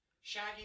Shaggy